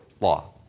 law